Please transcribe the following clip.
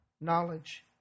knowledge